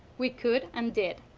we could and did.